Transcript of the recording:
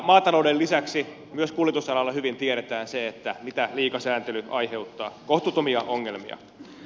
maatalouden lisäksi myös kuljetusalalla hyvin tiedetään se mitä liika sääntely aiheuttaa kohtuuttomia ongelmia